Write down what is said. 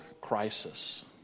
crisis